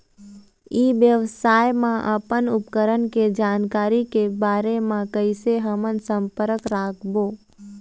ई व्यवसाय मा अपन उपकरण के जानकारी के बारे मा कैसे हम संपर्क करवो?